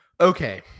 Okay